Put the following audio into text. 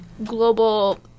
Global